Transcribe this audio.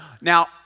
Now